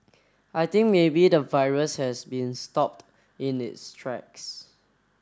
I think maybe the virus has been stopped in its tracks